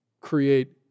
create